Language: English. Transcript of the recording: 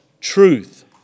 truth